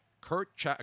Kurt